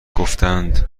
گفتند